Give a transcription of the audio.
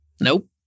Nope